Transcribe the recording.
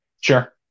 Sure